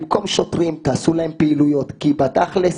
במקום שוטרים תעשו להם פעילויות, כי בתכל'ס